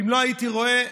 אם לא הייתי רואה,